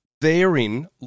therein